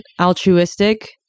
altruistic